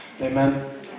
Amen